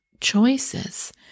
choices